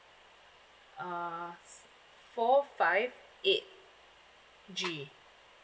(hu) four five eight G